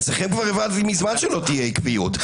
אצלכם כבר הבנתי מזמן שלא תהיה עקביות.